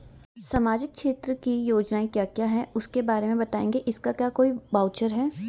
सामाजिक क्षेत्र की योजनाएँ क्या क्या हैं उसके बारे में बताएँगे इसका क्या कोई ब्राउज़र है?